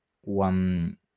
one